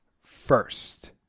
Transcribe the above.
first